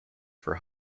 for